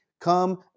come